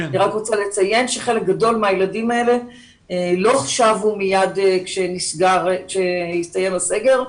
אני רק רוצה לציין שחלק גדול מהילדים האלה לא שב מייד כשהסתיים הסגר.